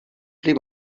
pli